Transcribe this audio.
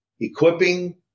equipping